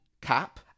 cap